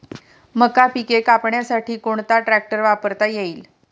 मका पिके कापण्यासाठी कोणता ट्रॅक्टर वापरता येईल?